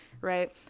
right